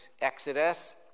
Exodus